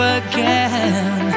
again